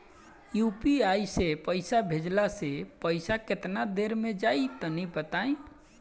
UPI से पईसा भेजलाऽ से पईसा केतना देर मे जाई तनि बताई?